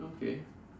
okay